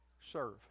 serve